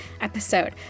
episode